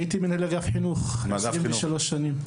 הייתי מנהל אגף חינוך 23 שנים.